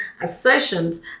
assertions